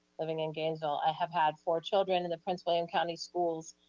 living in gainesville. i have had four children in the prince william county schools,